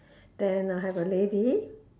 then I have a lady